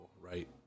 right